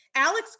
Alex